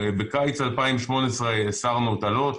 בקיץ 2018 הסרנו את הלוט,